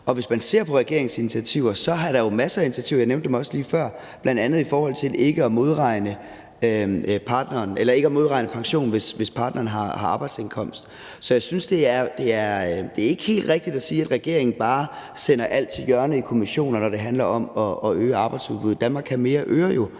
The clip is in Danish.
Og hvis man ser på regeringens initiativer, vil man se, at der er taget masser af initiativer, og jeg nævnte dem også lige før, bl.a. i forhold til ikke at modregne i pensionen, hvis partneren har arbejdsindkomst. Så jeg synes, det ikke er helt rigtigt at sige, at regeringen bare skyder alt til hjørne i kommissioner, når det handler om at øge arbejdsudbuddet. »Danmark kan mere I« øger jo